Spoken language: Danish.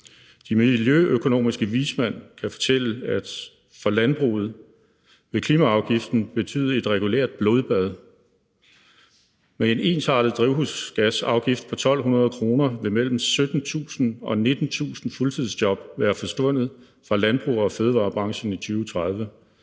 De miljøøkonomiske vismænd kan fortælle, at for landbruget vil klimaafgifter betyde et regulært blodbad. Med en ensartet drivhusgasafgift på 1.200 kr. pr. ton CO2 vil mellem 17.000 og 19.000 fuldtidsjob være forsvundet fra landbruget og fødevarebranchen i 2030,